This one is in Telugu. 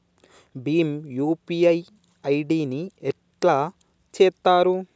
భీమ్ యూ.పీ.ఐ ఐ.డి ని ఎట్లా చేత్తరు?